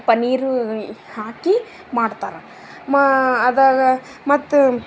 ಪನ್ನೀರು ಹಾಕಿ ಮಾಡ್ತಾರ ಮ ಅದರಾಗ ಮತ್ತು